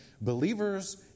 believers